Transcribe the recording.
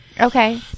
Okay